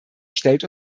stellt